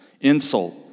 insult